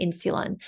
insulin